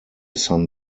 sun